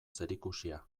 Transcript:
zerikusia